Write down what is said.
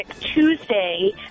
Tuesday